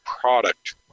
product